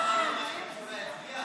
למה הורדתם את אחמד טיבי?